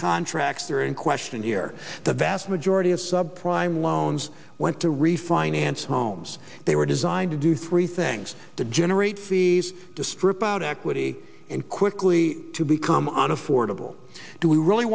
contracts that are in question here the vast majority of sub prime loans went to refinance homes they were designed to do three things to generate cs to strip out equity in quickly to become an affordable do we really